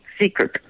secret